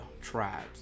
tribes